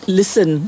listen